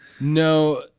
No